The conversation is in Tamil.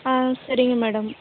ஆ சரிங்க மேடம்